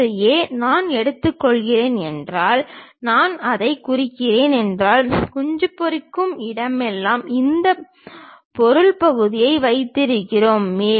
பிரிவு A நான் எடுக்கிறேன் என்றால் நான் அதைக் குறிக்கிறேன் என்றால் குஞ்சு பொரிக்கும் இடமெல்லாம் இந்த பொருள் பகுதிகளை வைத்திருப்போம்